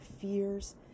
fears